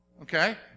Okay